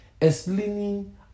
explaining